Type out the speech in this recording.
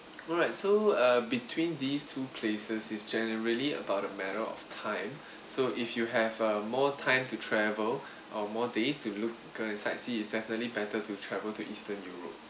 alright so uh between these two places is generally about a matter of time so if you have uh more time to travel or more days you look a sightsee it's definitely better to travel to eastern europe